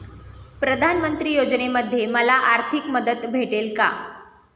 प्रधानमंत्री योजनेमध्ये मला आर्थिक मदत भेटेल का?